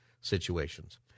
situations